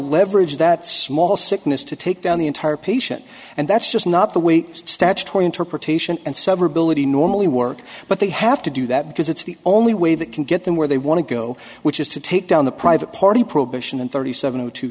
leverage that small sickness to take down the entire patient and that's just not the way statutory interpretation and severability normally work but they have to do that because it's the only way that can get them where they want to go which is to take down the private party prohibition and thirty seven zero two